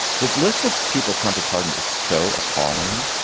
that list of people trump has pardoned is so appalling,